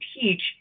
teach